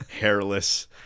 Hairless